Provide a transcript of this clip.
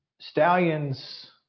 Stallions